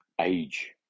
Age